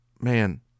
Man